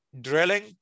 drilling